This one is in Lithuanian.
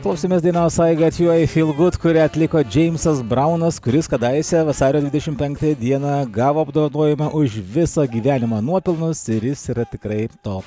klausėmės dainos ai gat ju ai fil gud kurią atliko džeimsas braunas kuris kadaise vasario dvidešimt penktąją dieną gavo apdovanojimą už viso gyvenimo nuopelnus ir jis yra tikrai to